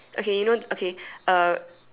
okay you know okay uh